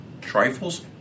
trifles